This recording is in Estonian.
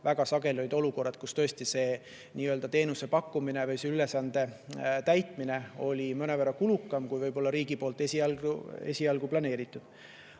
väga sageli oli olukord, kus tõesti see teenuse pakkumine või ülesande täitmine oli mõnevõrra kulukam, kui riigi poolt esialgu oli planeeritud. Aga